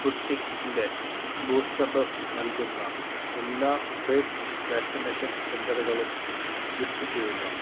സ്പുട്നിക്കിന്റെ booster dose നൽകുന്ന എല്ലാ paid vaccination സെൻറ്ററുകളും ലിസ്റ്റ് ചെയ്യുക